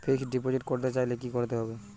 Fixed deposit করতে চাইলে কি করতে হবে?